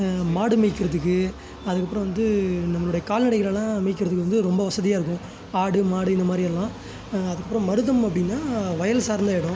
மாடு மேய்க்கிறதுக்கு அதுக்கப்புறம் வந்து நம்மளுடைய கால்நடைகளை எல்லாம் மேய்கிறதுக்கு வந்து ரொம்ப வசதியாக இருக்கும் ஆடு மாடு இந்த மாதிரி எல்லாம் அதுக்கப்புறம் மருதம் அப்படின்னா வயல் சார்ந்த இடோம்